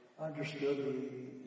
understood